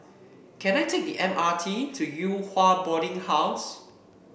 can I take the M R T to Yew Hua Boarding House